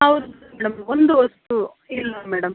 ಹೌದು ಮೇಡಮ್ ಒಂದು ವಸ್ತು ಇಲ್ಲಿ ನೋಡಿ ಮೇಡಮ್